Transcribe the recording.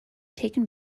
taken